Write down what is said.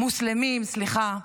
מוסלמים, סליחה,